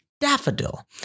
daffodil